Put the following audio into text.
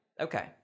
okay